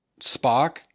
Spock